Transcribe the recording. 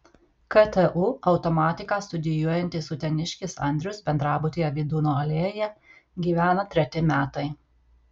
ktu automatiką studijuojantis uteniškis andrius bendrabutyje vydūno alėjoje gyvena treti metai